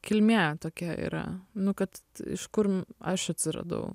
kilmė tokia yra nu kad iš kur aš atsiradau